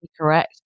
correct